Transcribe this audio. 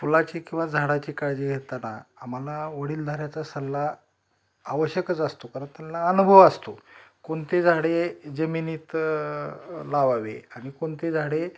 फुलाची किंवा झाडाची काळजी घेताना आम्हाला वडीलधाऱ्याचा सल्ला आवश्यकच असतो कारण त्यांना अनुभव असतो कोणते झाडे जमिनीत लावावे आणि कोणते झाडे